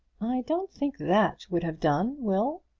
i don't think that would have done, will.